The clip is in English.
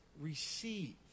receive